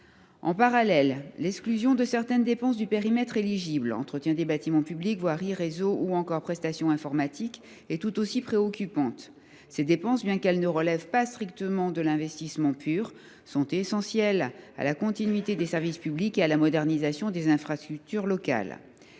En outre, l’exclusion de certaines dépenses du périmètre éligible – entretien des bâtiments publics, voiries, réseaux ou encore prestations informatiques – est tout aussi préoccupante. Ces dépenses, bien qu’elles ne relèvent pas strictement de l’investissement, sont essentielles à la continuité des services publics et à la modernisation des infrastructures locales.